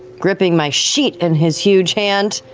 gripping my sheet in his huge hand,